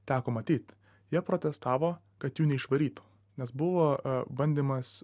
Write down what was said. teko matyt jie protestavo kad jų neišvarytų nes buvo bandymas